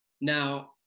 now